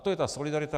To je ta solidarita.